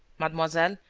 mademoiselle,